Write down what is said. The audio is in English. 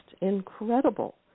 incredible